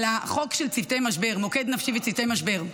על החוק של מוקד נפשי וצוותי משבר.